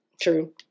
True